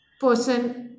person